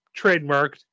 trademarked